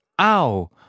Ow